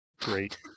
Great